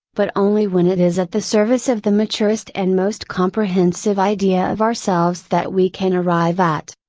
but only when it is at the service of the maturest and most comprehensive idea of ourselves that we can arrive at.